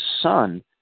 son